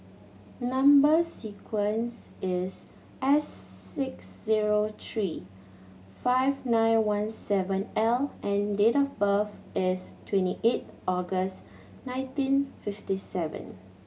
number sequence is S six zero three five nine one seven L and date of birth is twenty eight August nineteen fifty seven